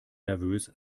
nervös